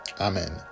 amen